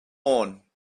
worn